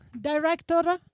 director